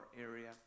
area